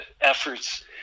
efforts